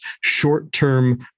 short-term